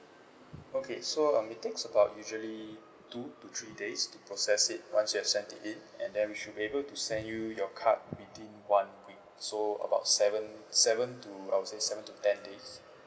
okay so um it takes about usually two to three days to process it once you have sent it in and then we should be able to send you your card within one week so about seven seven to I would say seven to ten days